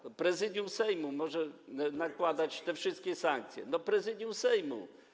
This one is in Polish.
To Prezydium Sejmu może nakładać te wszystkie sankcje - Prezydium Sejmu.